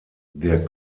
der